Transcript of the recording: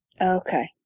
Okay